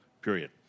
period